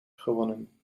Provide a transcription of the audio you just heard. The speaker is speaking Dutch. gewonnen